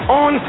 on